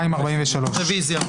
243. רויזיה.